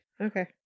Okay